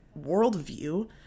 worldview